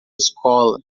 escola